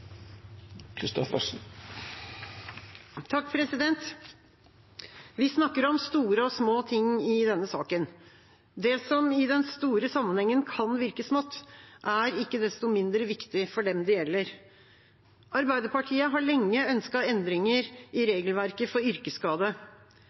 Vi snakker om store og små ting i denne saken. Det som i den store sammenhengen kan virke smått, er ikke desto mindre viktig for dem det gjelder. Arbeiderpartiet har lenge ønsket endringer i